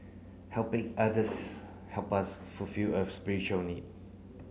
helping others help us fulfil a spiritual need